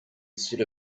instead